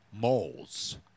Moles